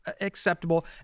acceptable